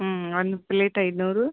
ಹ್ಞೂ ಒಂದು ಪ್ಲೇಟ್ ಐನೂರು